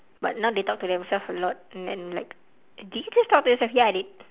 but now they talk to themself a lot and then like did you just talk to yourself ya I did